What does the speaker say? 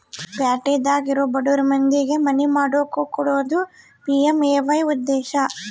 ಪ್ಯಾಟಿದಾಗ ಇರೊ ಬಡುರ್ ಮಂದಿಗೆ ಮನಿ ಮಾಡ್ಕೊಕೊಡೋದು ಪಿ.ಎಮ್.ಎ.ವೈ ಉದ್ದೇಶ